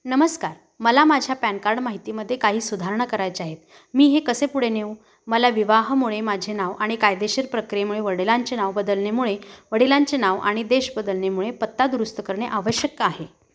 नमस्कार मला माझ्या पॅन कार्ड माहितीमध्ये काही सुधारणा करायच्या आहेत मी हे कसे पुढे नेऊ मला विवाहामुळे माझे नाव आणि कायदेशीर प्रक्रियेमुळे वडिलांचे नाव बदलणेमुळे वडिलांचे नाव आणि देश बदलणेमुळे पत्ता दुरुस्त करणे आवश्यक आहे